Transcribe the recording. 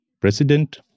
president